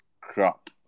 crap